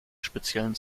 speziellen